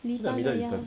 libya ya